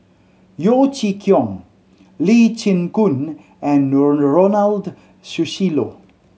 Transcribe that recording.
Yeo Chee Kiong Lee Chin Koon and Ronald Susilo